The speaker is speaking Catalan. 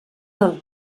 del